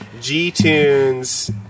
G-tunes